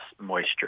moisture